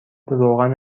روغن